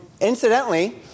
incidentally